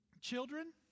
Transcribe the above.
children